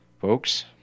Folks